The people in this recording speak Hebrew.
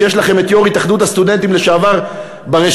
כשיש לכם את יו"ר התאחדות הסטודנטים לשעבר ברשימה,